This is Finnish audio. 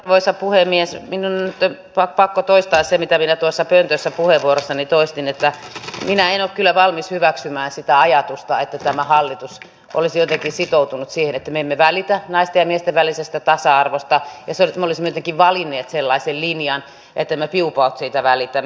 minun on nyt pakko toistaa se mitä minä tuossa pöntössä puheenvuorossani toistin että minä en ole kyllä valmis hyväksymään sitä ajatusta että tämä hallitus olisi jotenkin sitoutunut siihen että me emme välitä naisten ja miesten välisestä tasa arvosta ja me olisimme jotenkin valinneet sellaisen linjan että me piupaut siitä välitämme